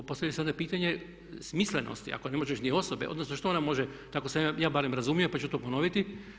I postavlja se onda pitanje smislenosti ako ne možeš ni osobe, odnosno što ona može, tako sam ja barem razumio pa ću to ponoviti.